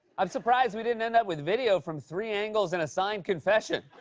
i'm surprised we didn't end up with video from three angles and a signed confession.